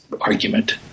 argument